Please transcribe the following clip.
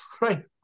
Right